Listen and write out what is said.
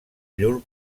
llur